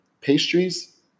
pastries